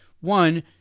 One